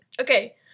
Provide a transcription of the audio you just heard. Okay